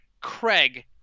Craig